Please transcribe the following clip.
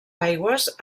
aigües